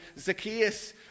Zacchaeus